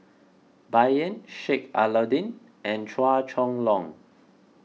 Bai Yan Sheik Alau'ddin and Chua Chong Long